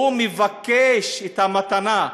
הוא מבקש את המתנה,